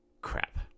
Crap